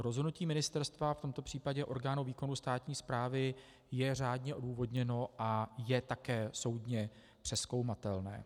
Rozhodnutí ministerstva, v tomto případě orgánu výkonu státní správy, je řádně odůvodněno a je také soudně přezkoumatelné.